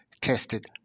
tested